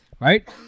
Right